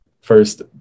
first